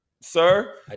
Sir